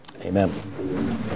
Amen